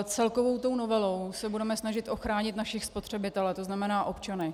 Celkovou novelou se budeme snažit ochránit naše spotřebitele, to znamená občany.